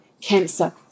cancer